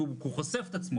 כי הוא חושף את עצמו,